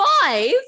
Five